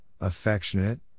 affectionate